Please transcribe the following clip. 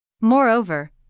Moreover